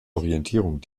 orientierung